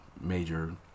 major